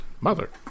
Mother